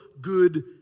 good